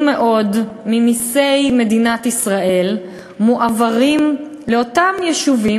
מאוד ממסי מדינת ישראל מועברים לאותם יישובים,